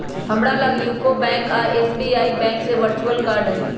हमरा लग UCO bank आऽ एस.बी.आई बैंक के वर्चुअल कार्ड हइ